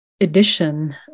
edition